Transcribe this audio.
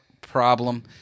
Problem